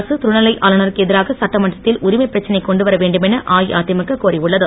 அரசு துணைநிலை ஆளுனருக்கு எதிராக சட்டமன்றத்தில் புதுவை உரிமைப்பிரச்சனை கொண்டுவர வேண்டுமென அஇஅதிமுக கோரியுள்ளது